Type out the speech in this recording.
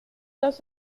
dos